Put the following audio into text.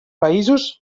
països